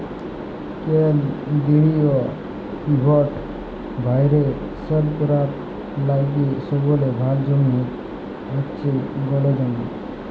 কেলদিরিয় পিভট ভাঁয়রে সেচ ক্যরার লাইগে সবলে ভাল জমি হছে গল জমি